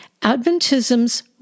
Adventism's